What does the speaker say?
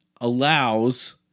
allows